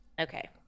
Okay